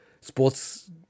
sports